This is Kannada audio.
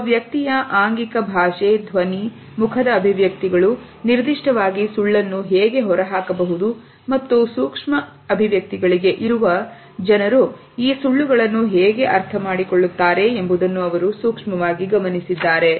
ಒಬ್ಬ ವ್ಯಕ್ತಿಯ ಆಂಗಿಕ ಭಾಷೆ ಧ್ವನಿ ಮುಖದ ಅಭಿವ್ಯಕ್ತಿಗಳು ನಿರ್ದಿಷ್ಟವಾಗಿ ಸುಳ್ಳನ್ನು ಹೇಗೆ ಹೊರಹಾಕಬಹುದು ಮತ್ತು ಸೂಕ್ಷ್ಮ ಅಭಿವ್ಯಕ್ತಿಗಳಿಗೆ ಇರುವ ಜನರು ಈ ಸುಳ್ಳುಗಳನ್ನು ಹೇಗೆ ಅರ್ಥಮಾಡಿಕೊಳ್ಳುತ್ತಾರೆ ಎಂಬುದನ್ನು ಅವರು ಸೂಕ್ಷ್ಮವಾಗಿ ಗಮನಿಸಿದ್ದಾರೆ